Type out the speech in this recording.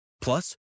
Plus